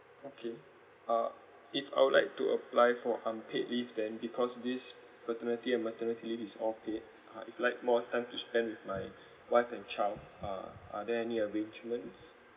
okay uh if I would like to apply for unpaid leave then because this paternity and maternity leave is all paid uh if like more time to spend with my wife and child uh are there any arrangements